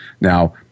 Now